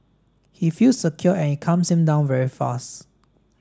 he feels secure and it calms him down very fast